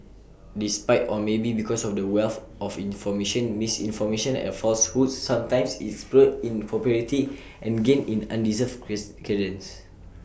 despite or maybe because of the wealth of information misinformation and falsehoods sometimes explode in popularity and gain undeserved credence